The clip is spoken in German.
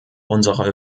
unsere